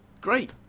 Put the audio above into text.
great